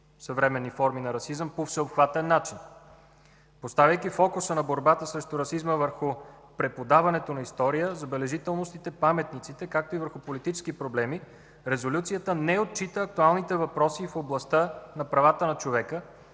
съвременни форми на расизъм по всеобхватен начин. Поставяйки фокуса на борбата срещу расизма върху преподаването на история, забележителностите, паметниците, както и върху политически проблеми, Резолюцията не отчита актуалните въпроси в областта на правата на човека